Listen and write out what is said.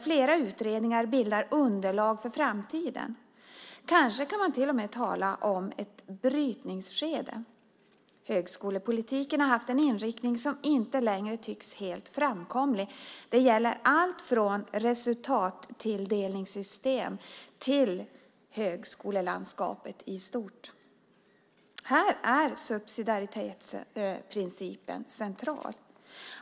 Flera utredningar bildar underlag för framtiden. Kanske kan man till och med tala om ett brytningsskede. Högskolepolitiken har haft en inriktning som inte längre tycks helt framkomlig. Det gäller allt från resultattilldelningssystem till högskolelandskapet i stort. Här är subsidiaritetsprincipen central.